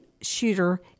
shooter